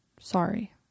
sorry